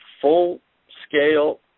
full-scale